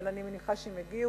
אבל אני מניחה שהם יגיעו,